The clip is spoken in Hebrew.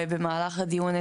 במהלך הדיון,